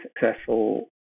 successful